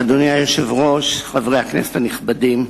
אדוני היושב-ראש, חברי הכנסת הנכבדים,